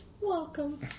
welcome